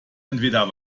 entweder